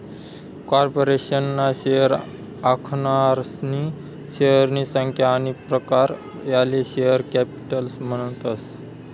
corporation ना share आखनारासनी शेअरनी संख्या आनी प्रकार याले शेअर कॅपिटल म्हणतस